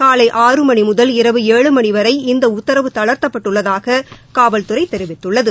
காலை ஆறு மணி முதல் இரவு ஏழு மணி வரை இந்த உத்தரவு தளா்த்தப்பட்டுள்ளதாக காவல்துறை தெரிவித்துள்ளது